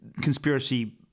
conspiracy